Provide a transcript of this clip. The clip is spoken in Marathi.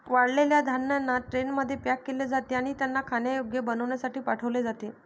वाळलेल्या धान्यांना ट्रेनमध्ये पॅक केले जाते आणि त्यांना खाण्यायोग्य बनविण्यासाठी पाठविले जाते